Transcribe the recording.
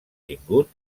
tingut